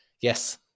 yes